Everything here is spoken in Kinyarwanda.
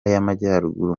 y’amajyaruguru